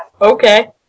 Okay